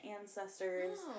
ancestors